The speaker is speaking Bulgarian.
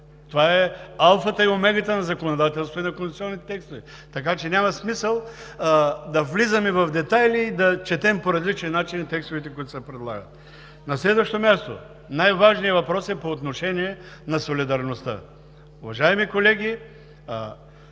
Това е алфата и омегата на законодателство и на конституционни текстове, така че няма смисъл да влизаме в детайли и да четем по различен начин текстовете, които се предлагат. На следващо място, най-важният въпрос е по отношение на солидарността. Уважаеми колеги,